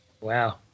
Wow